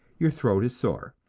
your throat is sore,